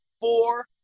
four